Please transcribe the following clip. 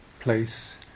place